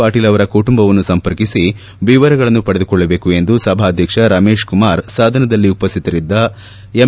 ಪಾಟೀಲ್ ಅವರ ಕುಟುಂಬವನ್ನು ಸಂಪರ್ಕಿಸಿ ವಿವರಗಳನ್ನು ಪಡೆದುಕೊಳ್ಳಬೇಕು ಎಂದು ಸಭಾಧ್ಯಕ್ಷ ರಮೇಶ್ ಕುಮಾರ್ ಸದನದಲ್ಲಿ ಉಪಸ್ಥಿತರಿದ್ದ ಎಂ